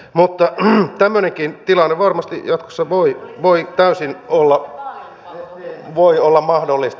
mutta tämmöinenkin tilanne varmasti jatkossa voi täysin olla mahdollista